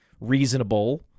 reasonable